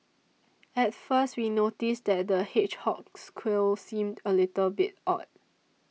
at first we noticed that the hedgehog's quills seemed a little bit odd